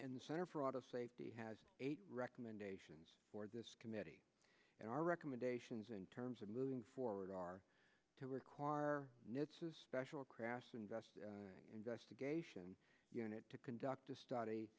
and the center for auto safety has recommendations for this committee and our recommendations in terms of moving forward are to require no special crash investor investigation unit to conduct a study